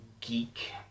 geek